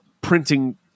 printing